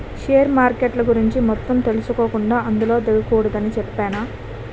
share మార్కెట్ల గురించి మొత్తం తెలుసుకోకుండా అందులో దిగకూడదని చెప్పేనా